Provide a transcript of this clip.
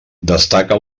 destaca